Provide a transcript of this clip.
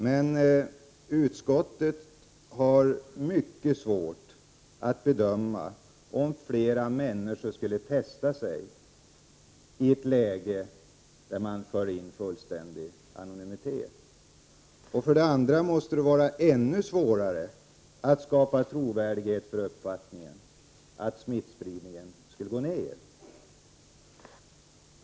Men för det första har utskottet mycket svårt att bedöma om flera människor skulle testa sig i ett läge, där man för in fullständig anonymitet. För det andra måste det då vara ännu svårare att skapa trovärdighet för uppfattningen att smittspridningen skulle gå ned.